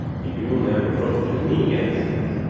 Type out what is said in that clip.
you never wrote to me, i says,